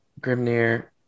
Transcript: Grimnir